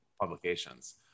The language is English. publications